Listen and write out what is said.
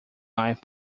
live